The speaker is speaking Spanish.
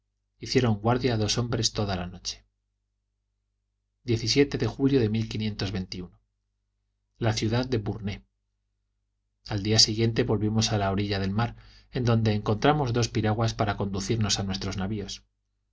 hicieron guardia dos hombres toda la noche de julio de la ciudad de burné al día siguiente volvimos a la orilla del mar en donde encontramos dos piraguas para conducirnos a nuestros navios